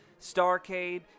Starcade